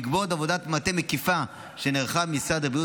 בעקבות עבודת מטה מקיפה שנערכה במשרד הבריאות